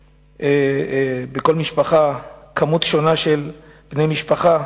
שבכל משפחה יש מספר שונה של בני משפחה,